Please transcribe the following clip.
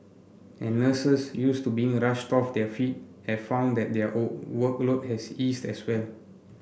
and nurses used to being a rushed off their feet have found that their workload has eased as well